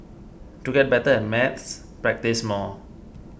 to get better at maths practise more